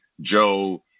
joe